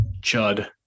chud